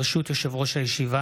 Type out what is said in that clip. ברשות יושב-ראש הישיבה,